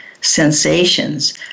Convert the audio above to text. sensations